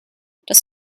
das